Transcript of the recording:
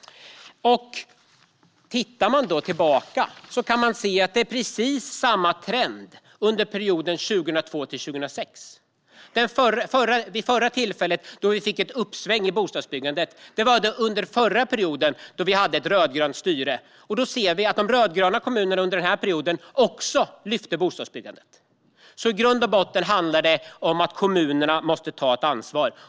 Man kan se precis samma trend under perioden 2002-2006. Det förra tillfället då bostadsbyggandet fick ett uppsving var under den förra perioden med rödgrönt styre. De rödgröna kommunerna lyfte bostadsbyggandet också under den perioden. I grund och botten handlar det alltså om att kommunerna måste ta ansvar.